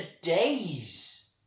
days